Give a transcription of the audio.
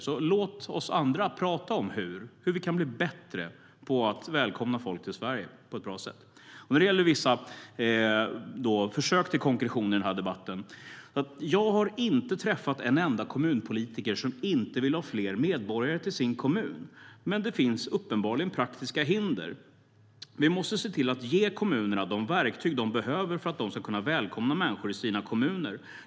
Låt därför oss andra prata om hur, om hur vi kan bli bättre på att välkomna folk till Sverige på ett bra sätt. Apropå vissa försök till konkretion i den här debatten vill jag säga att jag inte har träffat en enda kommunpolitiker som inte vill ha fler medborgare till sin kommun. Men det finns uppenbarligen praktiska hinder. Vi måste se till att ge kommunerna de verktyg de behöver för att kunna välkomna människor.